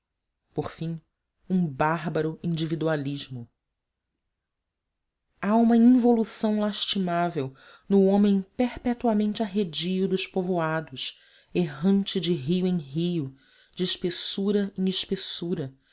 por fim um bárbaro individualismo há uma involução lastimável no homem perpetuamente arredio dos povoados errante de rio em rio de espessura em espessura